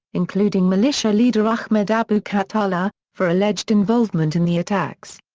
including militia leader ahmed abu khattala, for alleged involvement in the attacks.